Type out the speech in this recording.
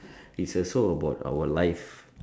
is also about our life